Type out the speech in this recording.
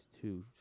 two